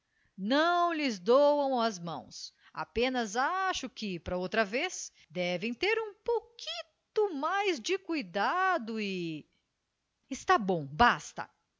não lhes doam as mãos apenas acho que para outra vez devem ter um pouquinho mais de cuidado e está bom basta